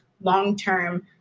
long-term